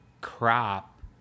crop